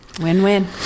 Win-win